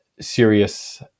serious